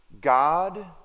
God